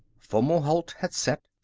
fomalhaut had set,